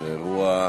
וואי,